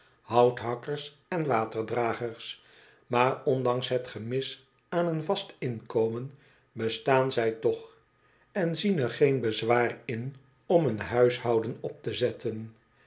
houthakkers en waterdragers maar ondanks het gemis aan een vast inkomen bestaan zij toch en zien er geen bezwaar in om een huishouden op te zetten